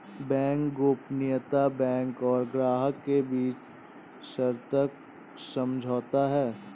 bank गोपनीयता bank और ग्राहक के बीच सशर्त समझौता है